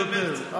כולם דיברו יותר.